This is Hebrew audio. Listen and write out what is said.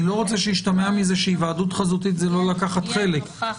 אני לא רוצה שישתמע מזה שהיוועדות חזותית זה לא לקחת חלק.